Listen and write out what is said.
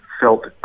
felt